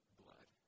blood